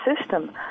system